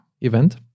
event